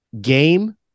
game